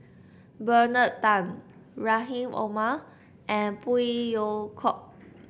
Bernard Tan Rahim Omar and Phey Yew Kok